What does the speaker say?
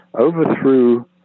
overthrew